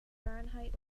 fahrenheit